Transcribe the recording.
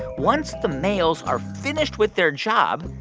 once the males are finished with their job,